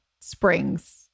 springs